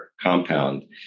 compound